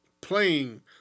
playing